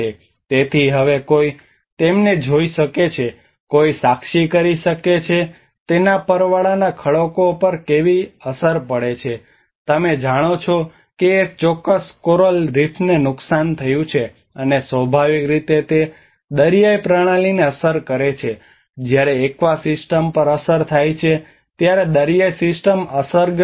તેથી હવે કોઈ તેમને જોઈ શકે છે કોઈ સાક્ષી કરી શકે છે કે તેના પરવાળાના ખડકો પર કેવી અસર પડે છે તમે જાણો છો કે એક ચોક્કસ કોરલ રીફને નુકસાન થયું છે અને સ્વાભાવિક રીતે તે દરિયાઇ પ્રણાલીને અસર કરે છે જ્યારે એક્વા સિસ્ટમ પર અસર થાય છે ત્યારે દરિયાઇ સિસ્ટમ અસરગ્રસ્ત છે